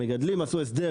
המגדלים עשו הסדר